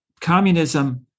communism